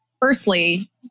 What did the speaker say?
firstly